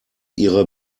ihre